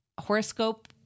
horoscope